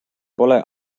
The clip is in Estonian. pole